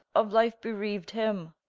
of life bereaued him.